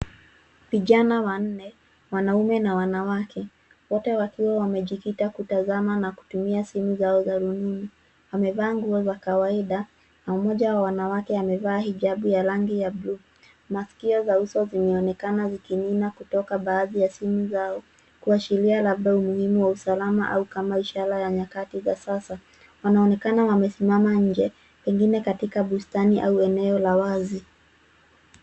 Vijana wanne wanaume na wanawake, wote wakiwa wamejikita kutazama na kutumia simu zao za rununu. Wamevaa nguo za kawaida na mmoja wa wanawake amevaa hijabu ya rangi ya bluu. Maskio za uso zimeonekana zikimina kutoka baadhi ya simu zao, kuashiria labda umuhimu wa usalama au kama ishara ya nyakati za sasa. Wanaonekana wamesimama nje pengine katika bustani au eneo la wazi.